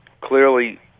clearly